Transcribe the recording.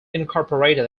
incorporated